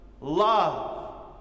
love